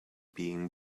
being